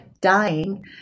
dying